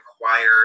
require